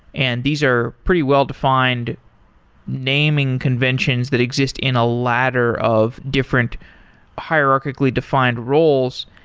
and these are pretty well-defined naming conventions that exist in a ladder of different hierarchically defined roles,